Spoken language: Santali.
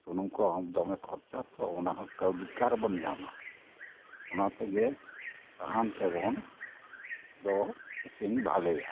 ᱥᱩᱱᱩᱢ ᱠᱚ ᱦᱚᱸ ᱫᱚᱢᱮ ᱠᱷᱚᱨᱪᱟ ᱛᱚ ᱚᱱᱟ ᱦᱚᱸ ᱠᱟ ᱣᱰᱤ ᱚᱠᱟ ᱨᱮᱵᱚᱱ ᱧᱟᱢᱟ ᱚᱱᱟᱛᱮᱜᱮ ᱥᱟᱦᱟᱱ ᱛᱮᱵᱚᱱ ᱫᱚ ᱤᱥᱤᱱ ᱵᱷᱟᱞᱮᱭᱟ